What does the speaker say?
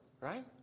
Right